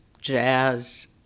jazz